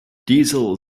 diesel